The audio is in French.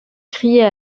crier